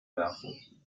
werfen